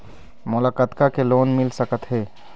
मोला कतका के लोन मिल सकत हे?